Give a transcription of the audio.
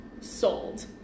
Sold